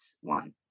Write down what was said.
one